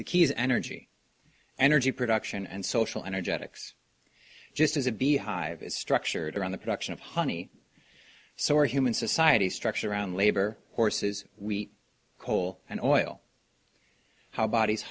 the key is energy energy production and social energetics just as a beehive is structured around the production of honey so our human society is structured around labor horses we coal and oil how bodies